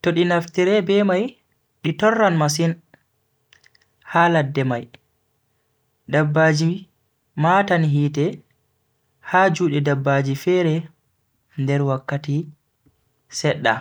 to di naftirai be mai di torran masin ha ladde mai dabbaji matan hite ha Juude dabbaji fere nder wakkati sedda.